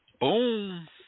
Boom